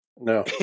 No